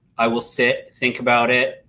i will sit, think about it,